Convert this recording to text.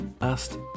asked